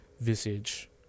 visage